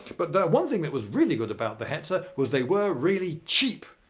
but one thing that was really good about the hetzer was they were really cheap.